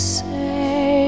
say